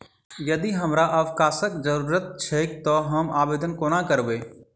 यदि हमरा आवासक जरुरत छैक तऽ हम आवेदन कोना करबै?